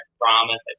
promise